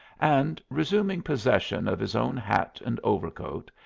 and resuming possession of his own hat and overcoat,